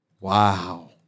Wow